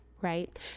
right